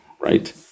right